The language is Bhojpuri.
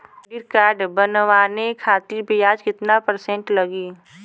क्रेडिट कार्ड बनवाने खातिर ब्याज कितना परसेंट लगी?